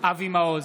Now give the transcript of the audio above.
אבי מעוז,